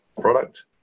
product